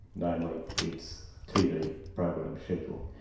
namely its tv program schedule.